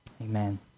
Amen